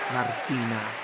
Martina